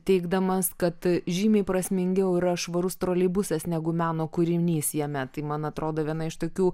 teigdamas kad žymiai prasmingiau yra švarus troleibusas negu meno kūrinys jame tai man atrodo viena iš tokių